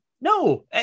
No